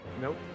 Nope